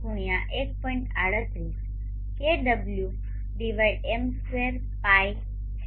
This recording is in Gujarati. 38 kWm2π sin π2 છે